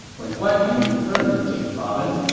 when guan ping returned to jing province,